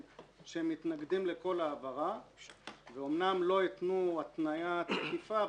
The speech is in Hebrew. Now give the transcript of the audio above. שהם מתנגדים לכל העברה ואמנם לא התנו התניה תקיפה,